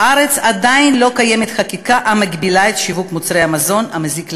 בארץ עדיין לא קיימת חקיקה המגבילה את שיווק מוצרי המזון המזיק לילדים,